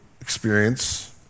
experience